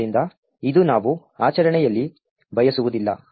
ಆದ್ದರಿಂದ ಇದು ನಾವು ಆಚರಣೆಯಲ್ಲಿ ಬಯಸುವುದಿಲ್ಲ